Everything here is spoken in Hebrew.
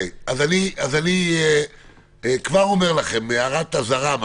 אז אני כבר אומר לכם הערת אזהרה: